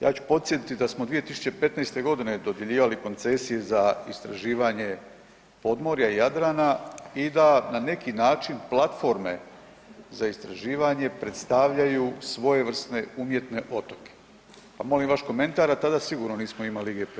Ja ću podsjetiti da smo 2015. g. dodjeljivali koncesije za istraživanje podmorje Jadrana i da na neki način platforme za istraživanje predstavljaju svojevrsne umjetne otoke pa molim vaš komentar, a tada sigurno nismo imali IGP.